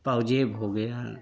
पाजेब हो गया